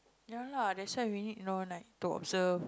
no lah that's why we need on light to observe